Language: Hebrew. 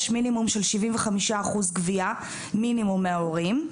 מינימום של 75% גבייה מינימום מההורים.